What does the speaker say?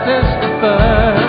Testify